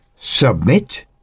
Submit